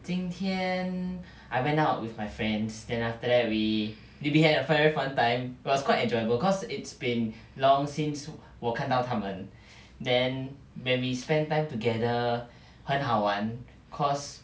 今天 I went out with my friends then after that we we we had a very fun time it was quite enjoyable cause it's been long since 我看到他们 then when we spend time together 很好玩 cause